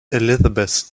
elizabeth